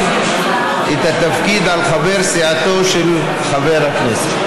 את התפקיד על חבר סיעתו של חבר הכנסת.